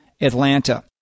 Atlanta